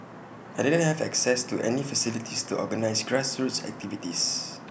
I didn't have access to any facilities to organise grassroots activities